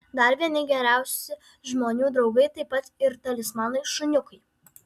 dar vieni geriausi žmonių draugai taip pat ir talismanai šuniukai